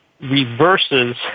reverses